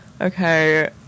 okay